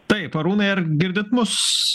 taip arūnai ar girdit mus